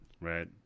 right